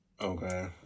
Okay